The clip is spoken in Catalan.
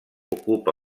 ocupa